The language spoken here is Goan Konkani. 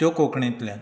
त्यो कोंकणींतल्यान